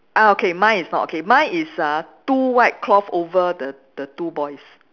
uh okay mine is not okay mine is uh two white cloth over the the two boys